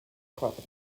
province